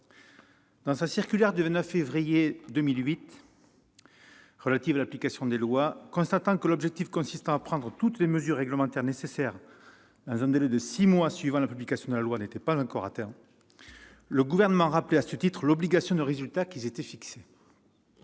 Dans la circulaire du 29 février 2008 relative à l'application des lois, constatant que « l'objectif consistant à prendre toutes les mesures réglementaires nécessaires dans un délai de six mois suivant la publication de la loi [n'était] pas encore atteint », le Gouvernement rappelait l'obligation de résultat qu'il s'était fixé